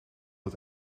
het